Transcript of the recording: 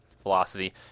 philosophy